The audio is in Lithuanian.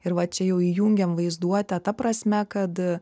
ir va čia jau įjungiam vaizduotę ta prasme kad